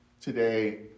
today